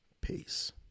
Peace